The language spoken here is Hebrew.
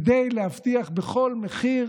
כדי להבטיח בכל מחיר